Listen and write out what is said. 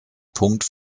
punkt